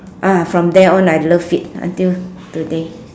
ah from then on I love it until today